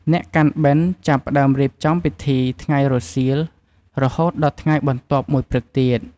អ្នកកាន់បិណ្ឌចាប់ផ្តើមរៀបចំពិធីពីថ្ងៃរសៀល រហូតដល់ថ្ងៃបន្ទាប់មួយព្រឹកទៀត។